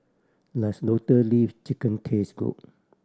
does Lotus Leaf Chicken taste good